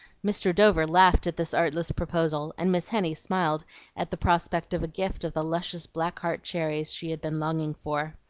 mr. dover laughed at this artless proposal, and miss henny smiled at the prospect of a gift of the luscious black-heart cherries she had been longing for.